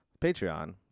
patreon